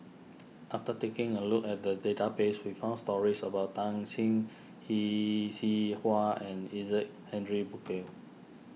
after taking a look at the database we found stories about Tan Shen Yee Xi Hua and Isaac Henry Burkill